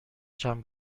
چند